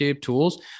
tools